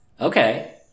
Okay